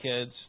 kids